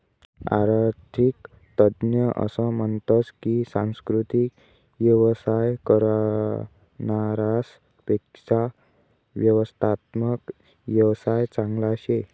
आरर्थिक तज्ञ असं म्हनतस की सांस्कृतिक येवसाय करनारास पेक्शा व्यवस्थात्मक येवसाय चांगला शे